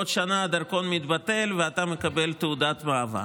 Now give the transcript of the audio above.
בעוד שנה הדרכון מתבטל ואתה מקבל תעודת מעבר.